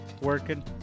working